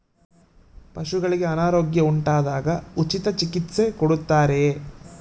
ಪಶುಗಳಿಗೆ ಅನಾರೋಗ್ಯ ಉಂಟಾದಾಗ ಉಚಿತ ಚಿಕಿತ್ಸೆ ಕೊಡುತ್ತಾರೆಯೇ?